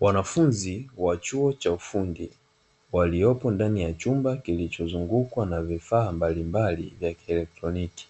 Wanafunzi wa chuo cha ufundi waliopo ndani ya chumba kilichozungukwa na vifaa mbalimbali vya kielektroniki,